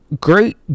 great